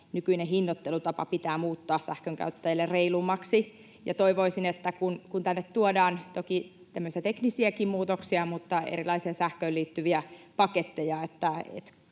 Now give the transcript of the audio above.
nykyinen hinnoittelutapa pitää muuttaa sähkönkäyttäjille reilummaksi. Toivoisin, että kun tänne tuodaan tämmöisiä, toki teknisiäkin muutoksia, erilaisia sähköön liittyviä paketteja,